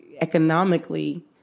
economically